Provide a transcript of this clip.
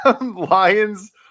Lions